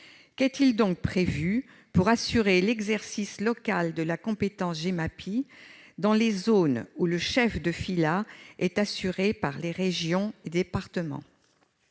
Qu'est-il donc prévu pour assurer l'exercice local de la compétence Gemapi dans les zones où le chef de filât est assuré par les régions et départements ?